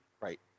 right